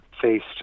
faced